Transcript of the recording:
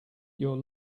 your